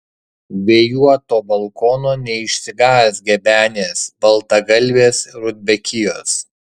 vėjuoto balkono neišsigąs gebenės baltagalvės rudbekijos